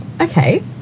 Okay